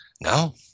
No